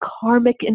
karmic